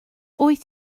wyt